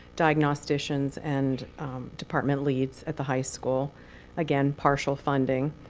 diagnosticians, and departmental leads at the high school again, partial funding.